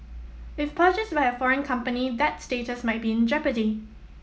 if purchased by a foreign company that status might be in jeopardy